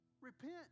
Repent